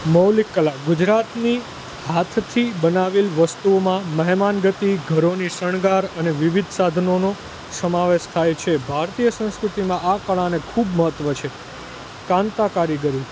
મૌલિક કલા ગુજરાતની હાથથી બનાવેલ વસ્તુઓમાં મહેમાન ગતિ ઘરોની શણગાર અને વિવિધ સાધનોનો સમાવેશ થાય છે ભારતીય સંસ્કૃતિમાં આ કળાને ખૂબ મહત્ત્વ છે કાન્તા કારીગરી